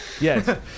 Yes